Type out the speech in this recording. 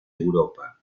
europa